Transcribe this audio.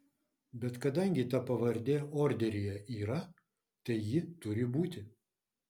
bet kadangi ta pavardė orderyje yra tai ji turi būti